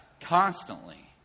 constantly